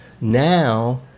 now